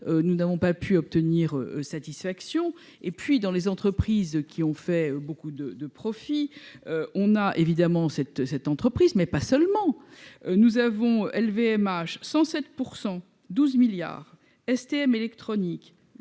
nous n'avons pas pu obtenir satisfaction et puis dans les entreprises qui ont fait beaucoup de de profit, on a évidemment cette cette entreprise mais pas seulement nous avons LVMH 107 pour 112 milliards STM électronique